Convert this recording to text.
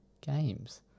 games